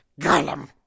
Gollum